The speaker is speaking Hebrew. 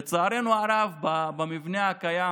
לצערנו הרב, במבנה הקיים